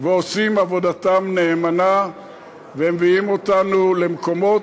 עושים עבודתם נאמנה ומביאים אותנו למקומות